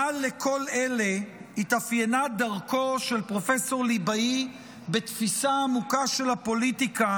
מעל לכל אלה התאפיינה דרכו של פרופ' ליבאי בתפיסה עמוקה של הפוליטיקה